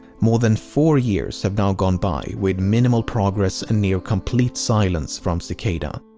more than four years have now gone by with minimal progress and near complete silence from cicada.